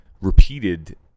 repeated